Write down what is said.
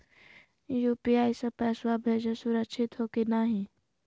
UPI स पैसवा भेजना सुरक्षित हो की नाहीं?